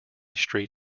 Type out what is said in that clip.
street